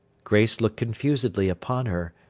grace looked confusedly upon her.